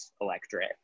electorate